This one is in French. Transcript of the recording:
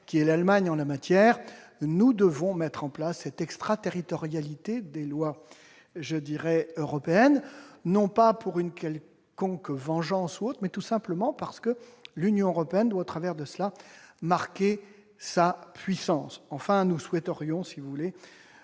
l'Allemagne, en la matière. Nous devons mettre en place cette extraterritorialité des lois européennes, non pas pour assouvir une quelconque vengeance, mais tout simplement parce que l'Union européenne doit, au travers de cela, marquer sa puissance. Enfin, nous souhaiterions mettre en